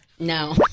No